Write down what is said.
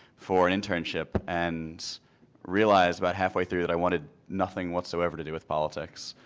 for an internship and realized about halfway through that i wanted nothing whatsoever to do with politics.